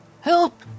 Help